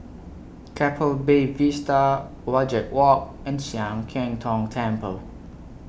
Keppel Bay Vista Wajek Walk and Sian Keng Tong Temple